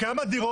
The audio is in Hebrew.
כשיש כבר